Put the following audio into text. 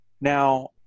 Now